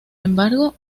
embargo